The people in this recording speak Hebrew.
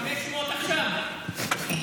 500 עכשיו?